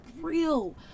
real